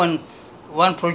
so we do researches